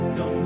no